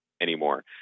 anymore